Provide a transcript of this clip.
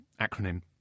acronym